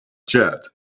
jet